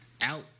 out